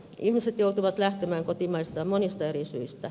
ihmiset joutuvat lähtemään kotimaistaan monista eri syistä